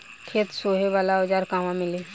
खेत सोहे वाला औज़ार कहवा मिली?